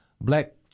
black